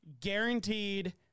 Guaranteed